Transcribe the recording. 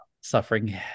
suffering